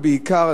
בעיקר,